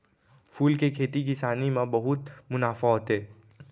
फूल के खेती किसानी म बहुत मुनाफा होथे